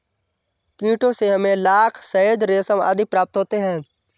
कीटों से हमें लाख, शहद, रेशम आदि प्राप्त होते हैं